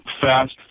fast